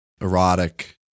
erotic